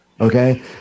okay